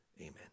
Amen